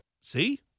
See